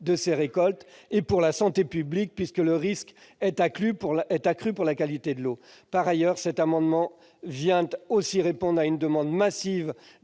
de ces récoltes, et pour la santé publique, puisque le risque est accru pour la qualité de l'eau. Par ailleurs, cet amendement vise à répondre à une demande massive